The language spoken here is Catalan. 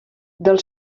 del